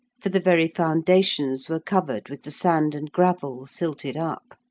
for the very foundations were covered with the sand and gravel silted up.